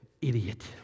Idiot